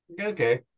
Okay